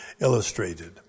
illustrated